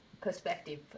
perspective